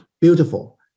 beautiful